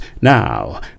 Now